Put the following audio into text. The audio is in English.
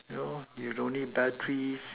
no you don't need batteries